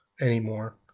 anymore